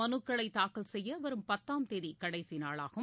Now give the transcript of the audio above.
மனுக்களை தாக்கல் செய்ய வரும் பத்தாம் தேதி கடைசி நாளாகும்